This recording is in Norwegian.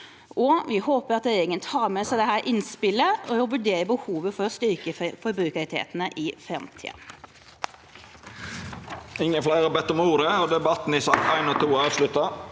Vi håper at regjeringen tar med seg dette innspillet og vurderer behovet for å styrke forbrukerrettighetene i framtiden.